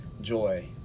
joy